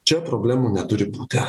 čia problemų neturi būti